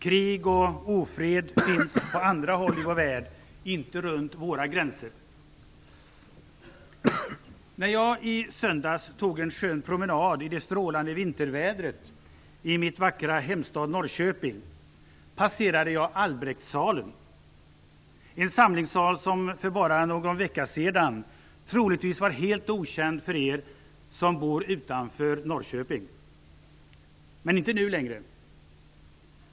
Krig och ofred finns på andra håll i vår värld, inte runt våra gränser. När jag i söndags tog en skön promenad i det strålande vintervädret i min vackra hemstad Norrköping passerade jag Albrektssalen, en samlingssal som för bara någon vecka sedan troligtvis var helt okänd för er som bor utanför Norrköping. Men det är den inte längre.